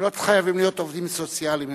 הם לא חייבים להיות עובדים סוציאליים,